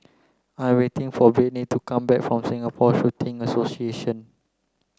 I'm waiting for Brittny to come back from Singapore Shooting Association